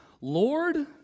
Lord